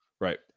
Right